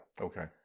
Okay